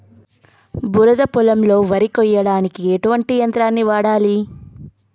బురద పొలంలో వరి కొయ్యడానికి ఎటువంటి యంత్రాన్ని వాడాలి?